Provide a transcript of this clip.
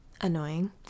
annoying